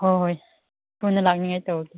ꯍꯣꯏ ꯍꯣꯏ ꯄꯨꯟꯅ ꯂꯥꯛꯅꯤꯡꯉꯥꯏ ꯇꯧꯒꯦ